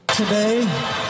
Today